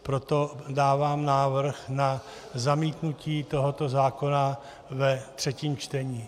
Proto dávám návrh na zamítnutí tohoto zákona ve třetím čtení.